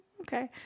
Okay